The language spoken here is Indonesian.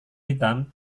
hitam